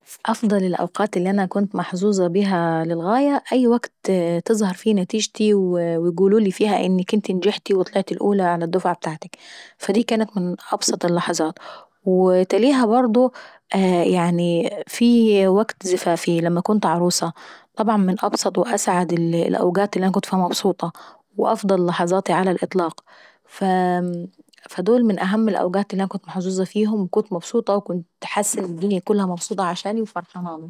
افضل الأوقات اللي انا كنت محظوظة فيها للغاية هو الوكت اللي تظهر فيه نتيجتي ويقولولي انك انت نجحتي وطلعتي الأولى على الدفعة ابتاعتك. فدي كانت من ابسط اللحظات، وتليها برضه في وكت زفافي لما كنت عروسة، طبعا من أبسط وأسعد الأوكات اللي كنت فيها مبسوطة، وافضل لحظاتي على الاطلاق. فدول من اهم الاوقات اللي كنت محظوظة فيهم، وكنت مبسوطة وحاسة ان الدنيا كلها مبسوطة عشاني وفرحانالي.